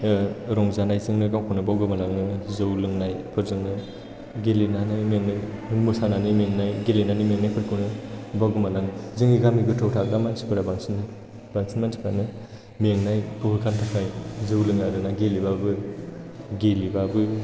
रंजानायजोंनो गावखौनो बावगोमा लाङो जौ लोंनायफोरजोंनो गेलेनानै मेङो मोसानानै मेंनाय गेलेनानै मेंनायफोरखौनो बावगोमा लाङो जोंनि गामि गोथौआव थाग्रा मानसिफोरा बांसिन मानसिफ्रानो मेंनायखौ होखारनो थाखाय जौ लोङो आरोना गेलेबाबो